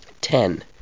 Ten